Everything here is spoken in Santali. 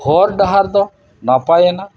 ᱦᱚᱨ ᱰᱟᱦᱟᱨ ᱫᱚ ᱱᱟᱯᱟᱭᱮᱱᱟ